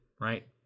right